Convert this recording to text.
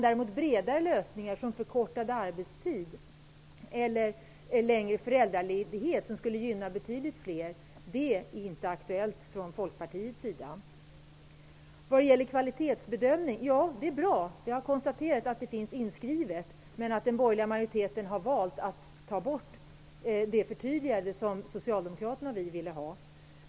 Däremot är breda lösningar som förkortad arbetstid eller längre föräldraledighet som gynnar betydligt fler inte aktuellt från Folkpartiets sida. Vidare har vi frågan om kvalitetsbedömning. Jag konstaterar att den är inskriven i förslaget, men den borgerliga majoriteten har valt att ta bort det förtydligande som Socialdemokraterna och vi ville ha.